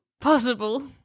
possible